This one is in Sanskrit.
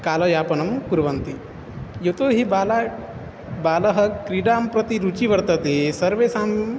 कालयापनं कुर्वन्ति यतो हि बाला बालः क्रीडां प्रति रुचिः वर्तते सर्वेषाम्